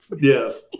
Yes